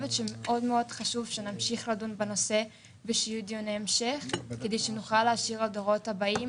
מאוד שנמשיך לדון בנושא ושיהיו דיוני המשך כדי שנוכל להשאיר לדורות הבאים,